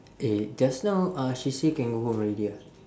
eh just now uh she say can go home already ah